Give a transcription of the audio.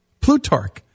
Plutarch